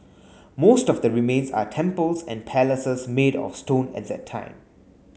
most of the remains are temples and palaces made of stone at that time